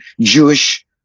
Jewish